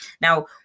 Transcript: Now